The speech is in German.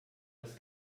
das